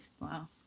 wow